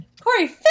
Corey